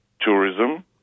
tourism